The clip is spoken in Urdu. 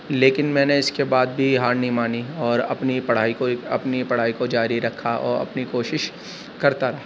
لیکن میں نے اس کے بعد بھی ہار نہیں مانی اور اپنی پڑھائی کو اپنی پڑھائی کو جاری رکھا اور اپنی کوشش کرتا رہا